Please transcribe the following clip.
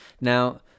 now